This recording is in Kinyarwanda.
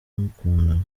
mukundana